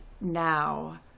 now